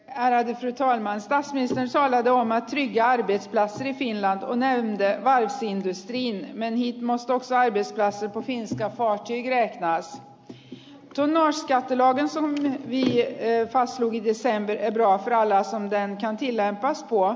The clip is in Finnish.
hän toi maansa ensimmäisellä jonna i ja ii ja seinillä on näin tee vaan esiintyy niin meni maastossa edistää se onkin sitä on kiire nais tai ulos ja asuminen ja eeva kiviseen ei pidä olla mitä vastaan hänelle